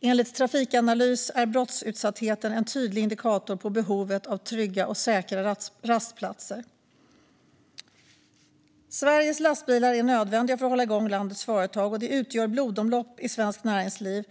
Enligt Trafikanalys är brottsutsattheten en tydlig indikator på behovet av trygga och säkra rastplatser. Sveriges lastbilar är nödvändiga för att hålla igång landets företag, och de utgör ett blodomlopp i svenskt näringsliv.